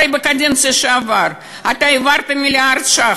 הרי בקדנציה שעברה אתה העברת מיליארד ש"ח.